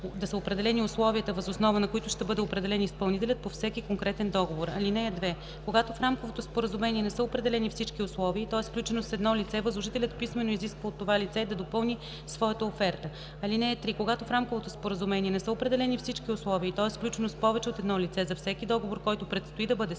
да са определени условията, въз основа на които ще бъде определен изпълнителят по всеки конкретен договор. (2) Когато в рамковото споразумение не са определени всички условия и то е сключено с едно лице, възложителят писмено изисква от това лице да допълни своята оферта. (3) Когато в рамковото споразумение не са определени всички условия и то е сключено с повече от едно лице, за всеки договор, който предстои да бъде